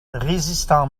résistant